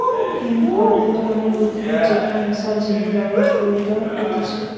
hemp গটে ধরণের উদ্ভিদ যেটা নেশার জিনে ব্যবহার কইরা হতিছে